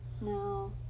no